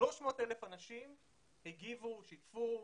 300,000 אנשים הגיבו, שיתפו,